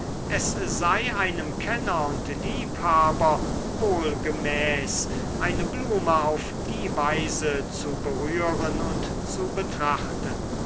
es sei einem kenner und liebhaber wohl gemäß eine blume auf die weise zu berühren und zu betrachten